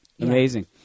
Amazing